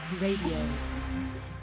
Radio